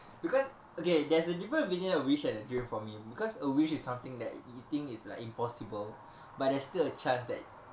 because okay there's a difference between a wish and a dream for me because a wish is something that you think is like impossible but there's still a chance that